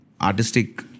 artistic